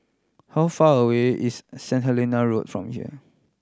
how far away is Saint Helena Road from here